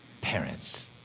Parents